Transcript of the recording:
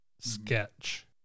sketch